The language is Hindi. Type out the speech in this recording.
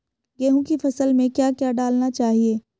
गेहूँ की फसल में क्या क्या डालना चाहिए?